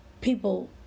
people